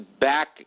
back